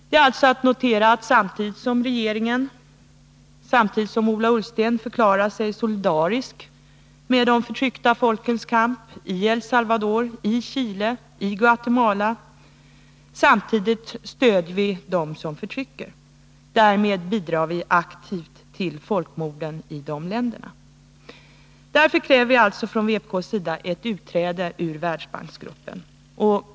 Det är alltså att notera att samtidigt som Ola Ullsten förklarar sig solidarisk med de förtryckta folkens kamp i El Salvador, i Chile och i Guatemala stöder vi dem som förtrycker. Därmed bidrar vi aktivt till folkmorden i de länderna. Därför kräver vpk ett utträde ur Världsbanksgruppen.